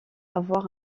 avoir